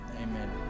amen